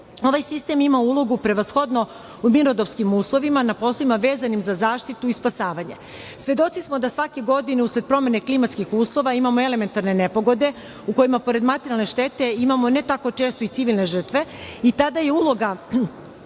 Ovaj sistem ima ulogu prevashodno u mirnodopskim uslovima, na poslovima vezanim za zaštitu i spasavanje. Svedoci smo da svake godine, usled promene klimatskih uslova, imamo elementarne nepogode u kojima pored materijalne štete imamo, ne tako često, i civilne žrtve i tada je uloga